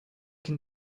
can